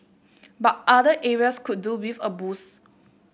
but other areas could do with a boost